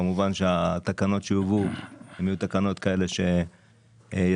כמובן שהתקנות שיובאו יהיו תקנות כאלה שיסדירו